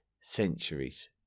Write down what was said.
centuries